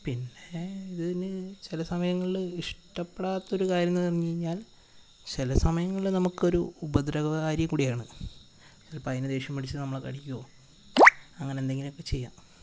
പിന്നെ ഇതിനു ചില സമയങ്ങളിൽ ഇഷ്ട്ടപ്പെടാത്തൊരു കാര്യമെന്ന് പറഞ്ഞുകഴിഞ്ഞാൽ ചില സമയങ്ങളിൽ നമുക്കൊരു ഉപദ്രവകാരികൂടെയാണ് ചിലപ്പോൾ അതിനു ദേഷ്യം പിടിച്ച് നമ്മളെ കടിക്കുക അങ്ങനെ എന്തെങ്കിലുമൊക്കെ ചെയ്യാം